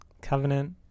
Covenant